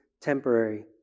temporary